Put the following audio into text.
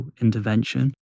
intervention